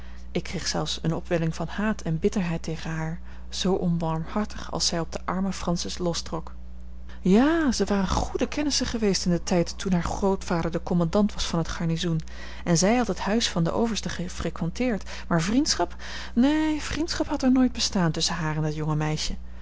ik kreeg zelfs eene opwelling van haat en bitterheid tegen haar zoo onbarmhartig als zij op de arme francis lostrok ja zij waren goede kennissen geweest in den tijd toen haar grootvader de commandant was van t garnizoen en zij had het huis van den overste gefrequenteerd maar vriendschap neen vriendschap had er nooit bestaan tusschen haar en dat jonge meisje